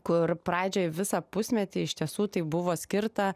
kur pradžioj visą pusmetį iš tiesų tai buvo skirta